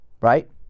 right